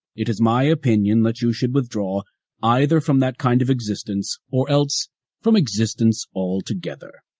it is my opinion that you should withdraw either from that kind of existence or else from existence altogether.